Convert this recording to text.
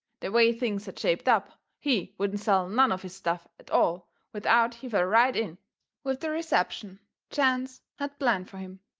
the way things had shaped up, he wouldn't sell none of his stuff at all without he fell right in with the reception chance had planned fur him.